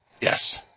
Yes